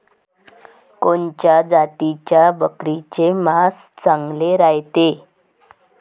कोनच्या जातीच्या बकरीचे मांस चांगले रायते?